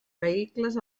vehicles